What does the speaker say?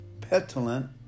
petulant